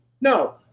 no